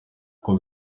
uko